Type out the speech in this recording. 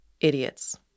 idiots